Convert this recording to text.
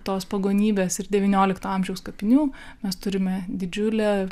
tos pagonybės ir devyniolikto amžiaus kapinių mes turime didžiulę